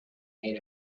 made